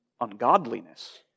ungodliness